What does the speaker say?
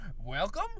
Welcome